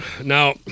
Now